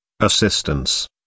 assistance